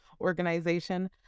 organization